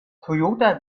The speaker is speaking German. toyota